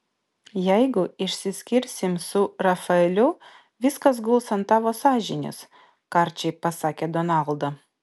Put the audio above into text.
jeigu išsiskirsim su rafaeliu viskas guls ant tavo sąžinės karčiai pasakė donalda